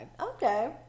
Okay